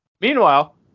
Meanwhile